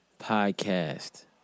podcast